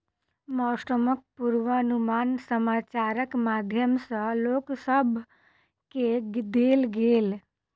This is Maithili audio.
मौसमक पूर्वानुमान समाचारक माध्यम सॅ लोक सभ केँ देल गेल